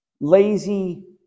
lazy